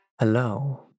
Hello